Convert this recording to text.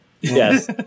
Yes